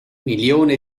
milione